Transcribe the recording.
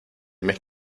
mes